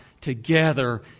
together